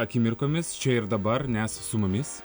akimirkomis čia ir dabar nes su mumis